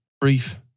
brief